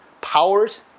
powers